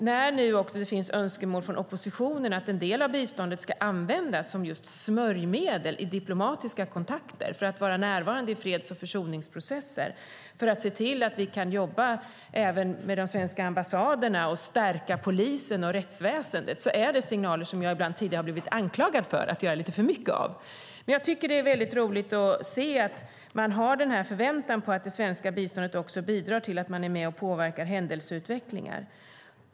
När det nu också finns önskemål från oppositionen om att en del av biståndet ska användas som just smörjmedel i diplomatiska kontakter för att vi ska vara närvarande i freds och försoningsprocesser och för att vi ska se till att vi kan jobba även med de svenska ambassaderna och stärka polisen och rättsväsendet, är det signaler som jag ibland tidigare har blivit anklagad för att göra lite för mycket av. Men det är mycket roligt att se att man har denna förväntan på att det svenska biståndet bidrar till att vi är med och påverkar händelseutvecklingen.